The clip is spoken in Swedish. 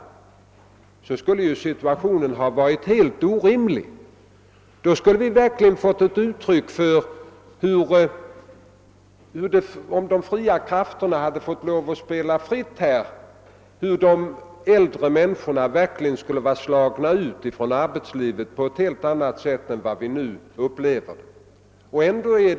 Då skulle situationen ha varit helt orimlig. Om de fria krafterna lämnats ohämmat spelrum, skulle de äldre människorna ha slagits ut ur arbetslivet på ett helt annat sätt än som nu är förhållandet.